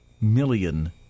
million